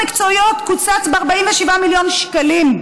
תחום ההשקעות המקצועיות קוצץ ב-47 מיליון שקלים,